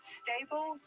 stable